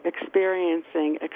experiencing